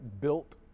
built